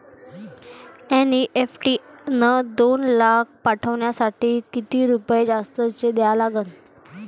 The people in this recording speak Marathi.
एन.ई.एफ.टी न दोन लाख पाठवासाठी किती रुपये जास्तचे द्या लागन?